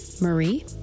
Marie